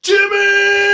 Jimmy